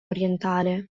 orientale